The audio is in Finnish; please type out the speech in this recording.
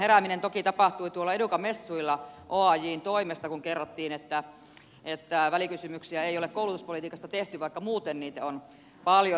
herääminen toki tapahtui tuolla educa messuilla oajn toimesta kun kerrottiin että välikysymyksiä ei ole koulutuspolitiikasta tehty vaikka muuten niitä on paljon taiteiltukin